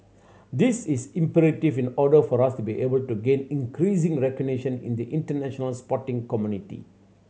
this is imperative in order for us to be able to gain increasing recognition in the international sporting community